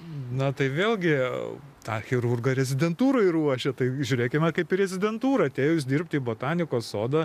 na tai vėlgi tą chirurgą rezidentūroj ruošia tai žiūrėkime kaip ir rezidentūrą atėjus dirbti į botanikos sodą